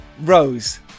Rose